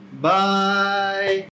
Bye